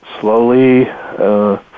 slowly